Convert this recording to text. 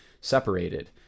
separated